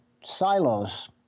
silos